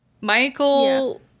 Michael